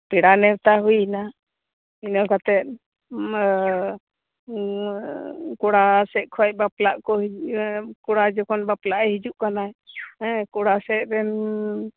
ᱯᱮᱲᱟ ᱱᱮᱣᱛᱟ ᱦᱩᱭᱱᱟ ᱤᱱᱟᱹ ᱠᱟᱛᱮᱫ ᱠᱚᱲᱟ ᱥᱮᱫ ᱠᱷᱚᱡ ᱵᱟᱯᱞᱟᱜ ᱠᱚ ᱦᱤᱡᱠᱚᱲᱟ ᱡᱚᱠᱷᱚᱱ ᱵᱟᱯᱞᱟᱜᱼᱮ ᱦᱤᱡᱩᱜ ᱠᱟᱱᱟᱭ ᱦᱮ ᱸ ᱠᱚᱲᱟ ᱥᱮᱫ ᱨᱮᱱ